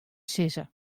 sizze